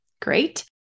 great